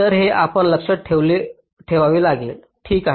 तर हे आपण लक्षात ठेवावे लागेल ठीक आहे